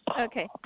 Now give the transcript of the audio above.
Okay